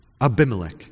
Abimelech